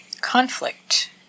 conflict